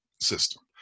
system